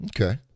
Okay